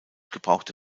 gebrauchte